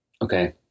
Okay